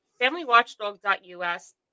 familywatchdog.us